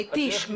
מתיש.